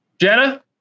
Jenna